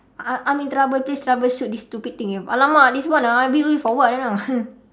I'm I'm in trouble please troubleshoot this stupid thing !alamak! this one ah build you for what you know